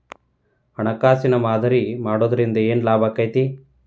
ಹಣ್ಕಾಸಿನ್ ಮಾದರಿ ಮಾಡಿಡೊದ್ರಿಂದಾ ಏನ್ ಲಾಭಾಕ್ಕೇತಿ?